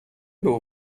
był